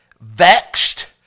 vexed